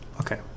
Okay